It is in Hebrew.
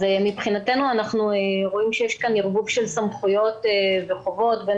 אנחנו רואים שיש כאן ערבוב של סמכויות וחובות בין